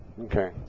Okay